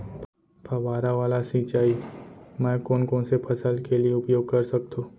फवारा वाला सिंचाई मैं कोन कोन से फसल के लिए उपयोग कर सकथो?